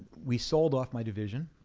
we sold off my division,